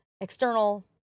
external